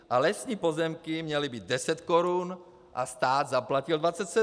A lesní pozemky měly být 10 korun a stát zaplatil 27!